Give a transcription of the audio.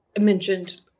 mentioned